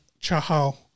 Chahal